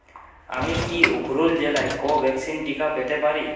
আমি কি উখরুল জেলায় কোভ্যাক্সিন টিকা পেতে পারি